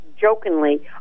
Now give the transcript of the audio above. jokingly